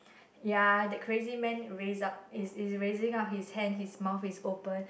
ya that crazy man raise up he's he's raising up his hand his mouth is open